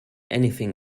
anything